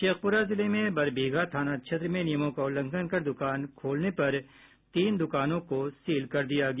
शेखपुरा जिले में बरबीघा थाना क्षेत्र में नियमों का उल्लंघन कर दुकान खोलने पर तीन दुकानों को सील कर दिया गया